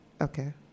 Okay